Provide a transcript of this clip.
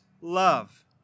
love